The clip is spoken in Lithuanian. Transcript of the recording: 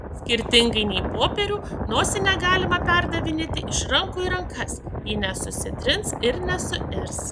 skirtingai nei popierių nosinę galima perdavinėti iš rankų į rankas ji nesusitrins ir nesuirs